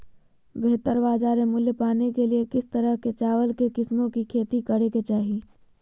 बेहतर बाजार मूल्य पाने के लिए किस तरह की चावल की किस्मों की खेती करे के चाहि?